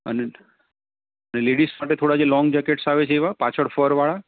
અને લેડીસ માટે જે થોડા લોન્ગ જેકેટ્સ આવે એવા પાછળ થી ફર વાડા